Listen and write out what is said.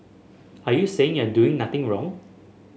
are you saying you're doing nothing wrong